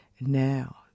Now